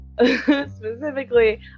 Specifically